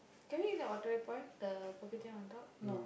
can we eat like Waterway-Point the Kopitiam on top no